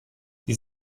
sie